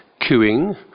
queuing